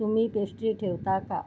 तुम्ही पेश्ट्री ठेवता का